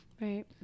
right